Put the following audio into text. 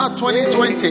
2020